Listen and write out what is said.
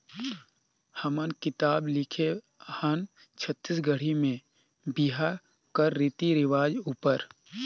हमन किताब लिखे हन छत्तीसगढ़ी में बिहा कर रीति रिवाज उपर